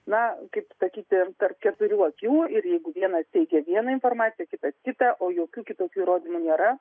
na kaip sakyti tarp keturių akių ir jeigu vienas teikia vieną informaciją kitas kitą o jokių kitokių įrodymų nėra